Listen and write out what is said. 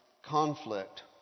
conflict